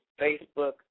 Facebook